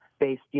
based